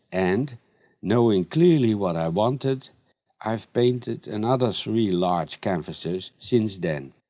and knowing clearly what i wanted i've painted another three large canvases since then.